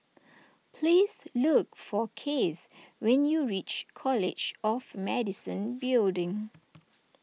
please look for Case when you reach College of Medicine Building